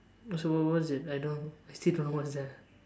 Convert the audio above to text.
also what was it I don't still don't know what is that